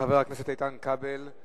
חבר הכנסת איתן כבל,